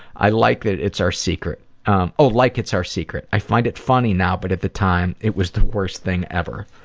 i like that it's our secret oh, like it's our secret. i find it funny now but at the time it was the worst thing ever.